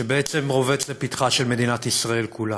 שבעצם רובץ לפתחה של מדינת ישראל כולה.